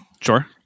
Sure